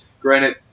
granted